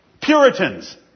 Puritans